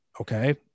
Okay